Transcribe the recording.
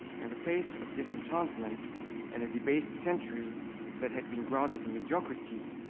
in the face of disenchantment and a debased century that had been granted in mediocrity,